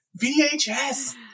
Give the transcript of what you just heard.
VHS